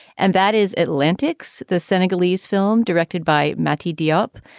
and that is atlantics, the senegalese film directed by mtd up,